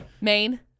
Maine